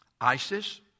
ISIS